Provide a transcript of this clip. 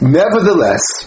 nevertheless